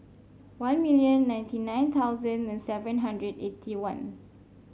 one million ninety nine thousand and seven hundred eighty one